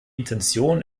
intention